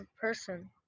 person